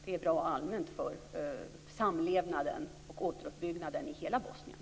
Det är bra allmänt för samlevnaden och återuppbyggnaden i hela Bosnien.